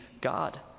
God